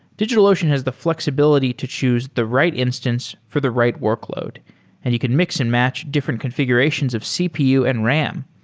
digitalocean has the fl exibility to choose the right instance for the right workload and he could mix-and-match different confi gurations of cpu and ram.